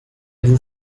vous